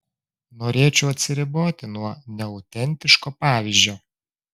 norėčiau atsiriboti nuo neautentiško pavyzdžio